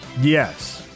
yes